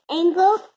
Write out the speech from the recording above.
angle